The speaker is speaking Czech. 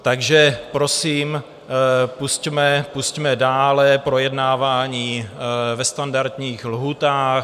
Takže prosím, pusťme dále projednávání ve standardních lhůtách.